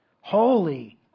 Holy